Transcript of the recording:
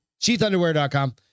sheathunderwear.com